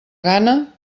gana